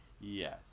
Yes